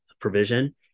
provision